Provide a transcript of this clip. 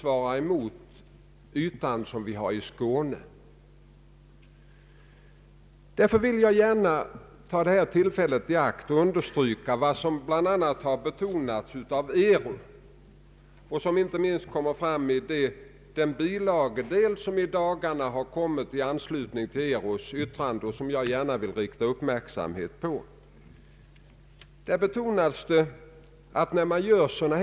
Men det är nästan att gå för långt, herr Bohman, att anse att vi inte skall använda ett sådant begrepp som stödområde, därför att det klingar illa.